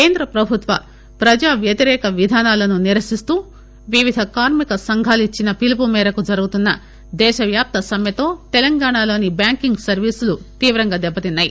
కేంద్ర ప్రభుత్వ ప్రజా వ్యతిరేక విధానాలను నిరసిస్తూ వివిధ కార్మిక సంఘాలు ఇచ్చిన పిలుపు మేరకు జరుగుతున్న దేశ వ్యాప్త సమ్మెతో తెలంగాణలోని బ్యాంకింగ్ సర్వీసులు తీవ్రంగా దెట్బతిన్నాయి